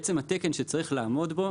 התקן שצריך לעמוד בו,